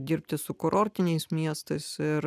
dirbti su kurortiniais miestais ir